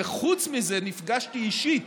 וחוץ מזה נפגשתי אישית